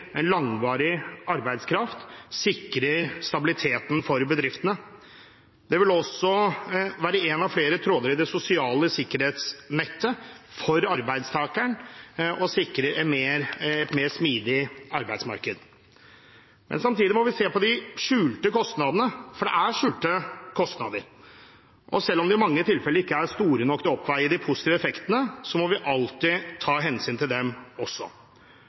en av flere tråder i det sosiale sikkerhetsnettet for arbeidstakeren, og det vil sikre et mer smidig arbeidsmarked. Samtidig må vi se på de skjulte kostnadene, for det er skjulte kostnader. Selv om de i mange tilfeller ikke er store nok til å oppveie de positive effektene, må vi alltid ta hensyn til dem også.